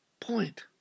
point